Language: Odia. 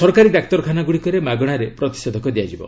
ସରକାରୀ ଡାକ୍ତରଖାନା ଗୁଡ଼ିକରେ ମାଗଣାରେ ପ୍ରତିଷେଧକ ଦିଆଯିବ